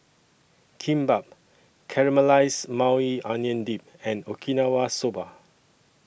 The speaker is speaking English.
Kimbap Caramelized Maui Onion Dip and Okinawa Soba